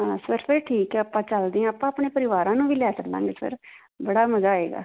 ਹਾਂ ਸਰ ਫਿਰ ਠੀਕ ਹੈ ਆਪਾਂ ਚਲਦੇ ਹਾਂ ਆਪਾਂ ਆਪਣੇ ਪਰਿਵਾਰਾਂ ਨੂੰ ਵੀ ਲੈ ਚੱਲਾਂਗੇ ਸਰ ਬੜਾ ਮਜ਼ਾ ਆਏਗਾ